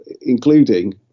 including